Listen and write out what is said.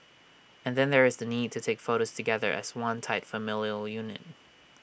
and then there is the need to take photos together as one tight familial unit